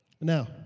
Now